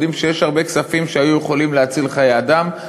יודעים שיש הרבה כספים שהיו יכולים להציל חיי אדם,